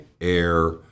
air